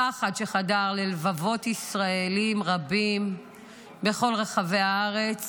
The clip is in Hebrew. הפחד שחדר ללבבות ישראלים רבים בכל רחבי הארץ